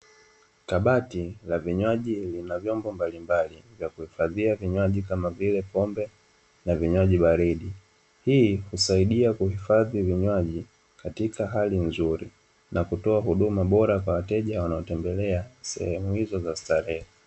Kabati la vinywaji na vyombo mbalimbali, la kuhifadhia vinjwani kama vile pombe na vinywaji baridi, hii husaidia kuhifadhi vinjwaji katika hali nzuri na kutoa huduma nzuri kwa wateja wanaotembelea sehemu za starehe.